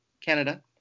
Canada